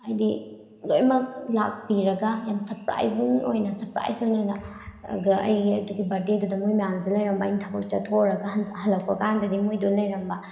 ꯍꯥꯏꯗꯤ ꯂꯣꯏꯅꯃꯛ ꯂꯥꯛꯄꯤꯔꯒ ꯌꯥꯝ ꯁꯄ꯭ꯔꯥꯏꯖꯤꯡ ꯑꯣꯏꯅ ꯁꯔꯄ꯭ꯔꯥꯏꯁ ꯑꯣꯏꯅ ꯑꯩ ꯑꯗꯨꯒꯤ ꯕ꯭ꯔꯗꯦꯗꯨꯗ ꯃꯣꯏ ꯃꯌꯥꯝꯁꯦ ꯂꯩꯔꯝꯕ ꯑꯩꯅ ꯊꯕꯛ ꯆꯠꯊꯣꯎꯔꯒ ꯍꯜꯂꯛꯄ ꯀꯥꯟꯗꯗꯤ ꯃꯣꯏꯗꯣ ꯂꯩꯔꯝꯕ